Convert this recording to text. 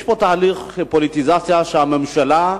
יש פה תהליך של פוליטיזציה שהממשלה,